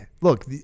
look